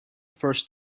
first